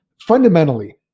Fundamentally